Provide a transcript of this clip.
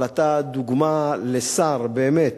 אבל אתה דוגמה לשר, באמת,